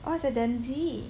oh it's at Dempsey